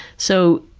so,